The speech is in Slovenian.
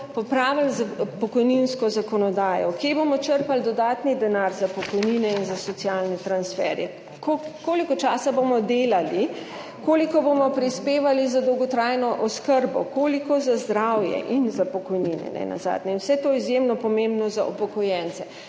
popravili pokojninsko zakonodajo, kje bomo črpali dodatni denar za pokojnine in za socialne transferje, koliko časa bomo delali, koliko bomo prispevali za dolgotrajno oskrbo, koliko za zdravje in za pokojnine nenazadnje. In vse to je izjemno pomembno za upokojence